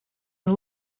and